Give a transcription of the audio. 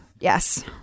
Yes